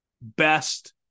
best